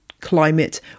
climate